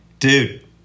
dude